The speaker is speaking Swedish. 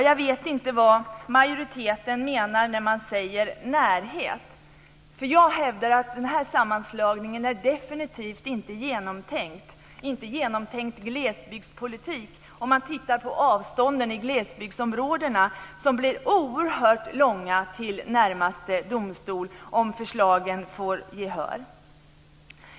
Jag vet inte vad majoriteten menar när den säger närhet. Jag hävdar att den här sammanslagningen definitivt inte är genomtänkt glesbygdspolitik om man tittar på avstånden i glesbygdsområdena. Det blir oerhört långa avstånd till närmaste domstol om förslagen får gehör.